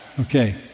Okay